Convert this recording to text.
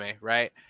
right